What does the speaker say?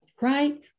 right